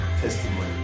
testimony